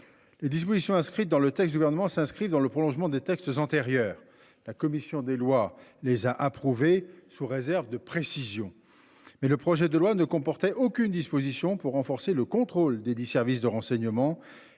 Les dispositions inscrites dans le texte gouvernement s'inscrivent dans le prolongement des textes antérieurs. La commission des lois, les a approuvé sous réserve de précisions mais le projet de loi ne comportait aucune disposition pour renforcer le contrôle des des services de renseignement